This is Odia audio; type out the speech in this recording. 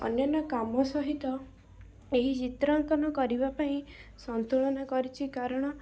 ଅନ୍ୟାନ୍ୟ କାମ ସହିତ ଏହି ଚିତ୍ରାଙ୍କନ କରିବା ପାଇଁ ସଂତୁଳନା କରିଛି କାରଣ